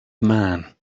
man